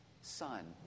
Son